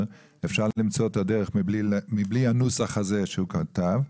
אפשר למצוא את הדרך מבלי הנוסח שהוא כתב.